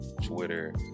twitter